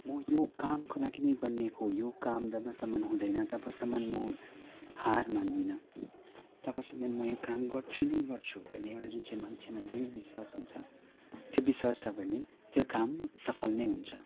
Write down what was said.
म यो कामको लागि नै बनिएको हो यो काम जबसम्म हुँदैन तबसम्म म हार मान्दिनँ तबसम्म म यो काम गर्छु नै गर्छु भन्ने एउटा जुन चाहिँ मान्छेमा दृढ विश्वास हुन्छ त्यो विश्वास छ भने त्यो काम सफल नै हुन्छ